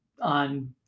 on